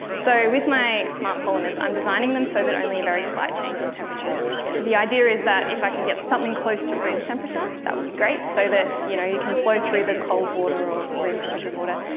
so with my smart polymers i'm designing them so that only a very slight change in temperature is needed. and the idea is that if i can get something close to room temperature, that would be great, so that you know you can flow through the cold water or room temperature water,